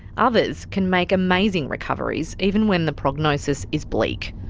others can make amazing recoveries even when the prognosis is bleak.